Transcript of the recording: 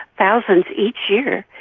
thousands each year.